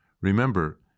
Remember